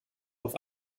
auf